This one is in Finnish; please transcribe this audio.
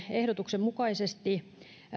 ehdotuksen mukaisesti